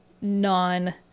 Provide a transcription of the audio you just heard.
non